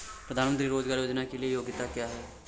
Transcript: प्रधानमंत्री रोज़गार योजना के लिए योग्यता क्या है?